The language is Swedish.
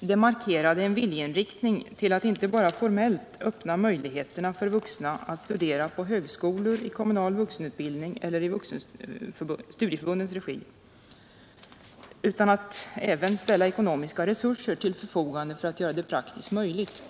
Med det markerades en viljeinriktning att inte bara formellt öppna möjligheter för vuxna att studera på högskolor, i kommunal vuxenutbildning eller i studieförbundens regi utan att även ställa ekonomiska resurser till förfogande för att göra det praktiskt möjligt.